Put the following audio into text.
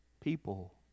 people